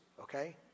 okay